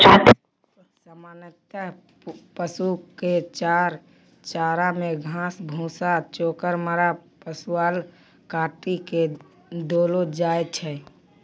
सामान्यतया पशु कॅ चारा मॅ घास, भूसा, चोकर, माड़, पुआल काटी कॅ देलो जाय छै